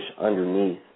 underneath